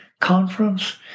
conference